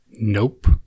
Nope